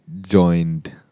joined